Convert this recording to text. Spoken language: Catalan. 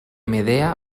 medea